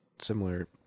similar